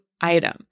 item